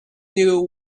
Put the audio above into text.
knew